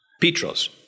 Petros